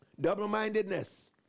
Double-mindedness